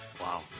wow